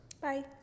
Bye